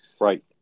Right